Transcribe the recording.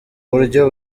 buryo